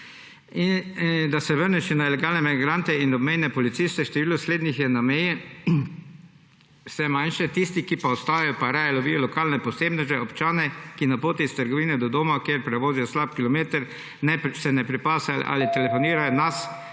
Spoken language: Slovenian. Da se vrnem še na ilegalne migrante in obmejne policiste. Število slednjih je na meji vse manjše, tisti, ki ostajajo, pa raje lovijo lokalne posebneže, občane, ki se na poti od trgovine do doma, kjer prevozijo slab kilometer, ne pripašejo ali telefonirajo, nas,